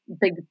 big